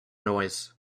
noise